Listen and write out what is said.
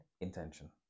Intention